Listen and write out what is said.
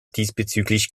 diesbezüglich